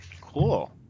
cool